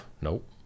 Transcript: Nope